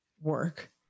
work